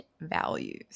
values